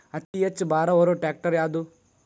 ಅತಿ ಹೆಚ್ಚ ಭಾರ ಹೊರು ಟ್ರ್ಯಾಕ್ಟರ್ ಯಾದು?